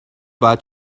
باید